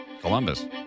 Columbus